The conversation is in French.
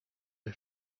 les